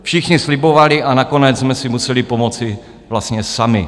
Všichni slibovali, a nakonec jsme si museli pomoci vlastně sami.